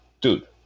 Dude